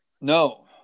No